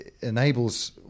enables